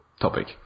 topic